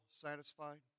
satisfied